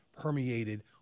permeated